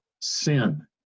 sin